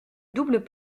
doubles